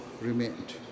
remained